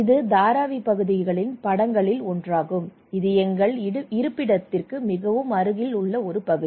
இது தாராவி பகுதிகளின் படங்களில் ஒன்றாகும் இது எங்கள் இருப்பிடத்திற்கு மிகவும் அருகில் உள்ள ஒரு பகுதி